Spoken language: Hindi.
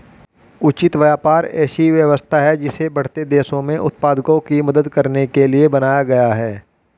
उचित व्यापार ऐसी व्यवस्था है जिसे बढ़ते देशों में उत्पादकों की मदद करने के लिए बनाया गया है